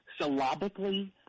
syllabically